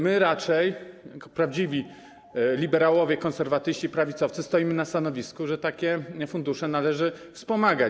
My raczej, prawdziwi liberałowie, konserwatyści, prawicowcy, stoimy na stanowisku, że takie fundusze należy wspomagać.